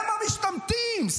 הם המשתמטים.